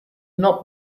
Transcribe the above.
not